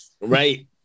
Right